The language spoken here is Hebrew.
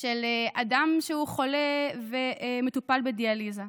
מאדם שהוא חולה מטופל בדיאליזה.